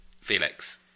Felix